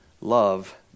love